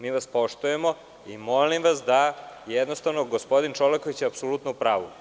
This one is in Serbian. Mi vas poštujemo i molim vas da, jednostavno, gospodin Čolaković je apsolutno u pravu.